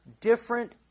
different